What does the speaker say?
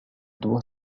doit